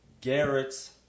Garrett's